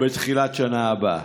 או בתחילת השנה הבאה.